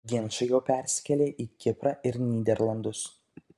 ginčai jau persikėlė į kiprą ir nyderlandus